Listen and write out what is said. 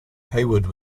haywood